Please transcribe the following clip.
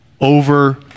over